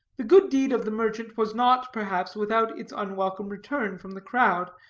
the good deed of the merchant was not, perhaps, without its unwelcome return from the crowd,